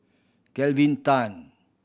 Kelvin Tan